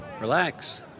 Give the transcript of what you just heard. Relax